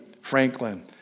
Franklin